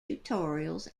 tutorials